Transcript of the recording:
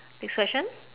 next question